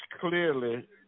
clearly